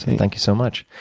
thank you so much.